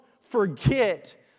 forget